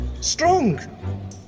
Strong